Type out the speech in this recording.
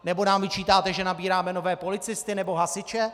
Nebo nám vyčítáte, že nabíráme nové policisty nebo hasiče.